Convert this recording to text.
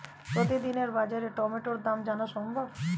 প্রতিদিনের বাজার টমেটোর দাম জানা সম্ভব?